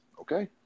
Okay